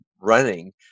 running